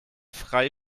frei